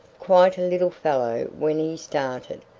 quite a little fellow when he started,